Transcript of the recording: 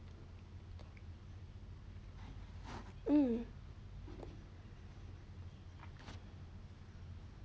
mm